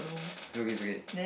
it's okay it's okay